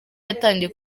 yatangiye